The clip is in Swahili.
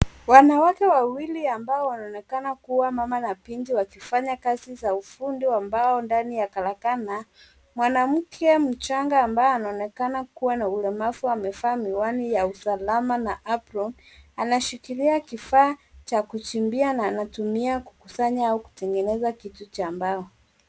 Wanawake wawili ambao wanaonekana kuwa mama na binti wakifanya kazi za ufundi wa mbao ndani ya karakana. Mwanamke mchanga ambaye anaonekana kuwa na ulemavu amevaa miwani ya usalama na apron . Anashikilia kifaa cha kuchimbia na anatumia kukusanya au kutengeneza kitu cha mbao.